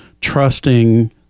trusting